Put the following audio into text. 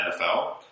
NFL